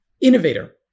innovator